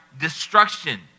destruction